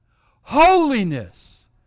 holiness